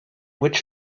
which